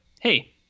hey